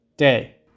day